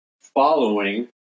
following